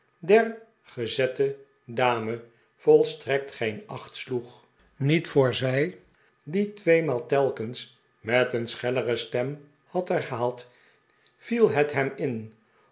der gezette dame volstrekt geen acht sloeg niet voor zij die tweemaal telkens met een schellere stem had herhaald viel het hem in